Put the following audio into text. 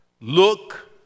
look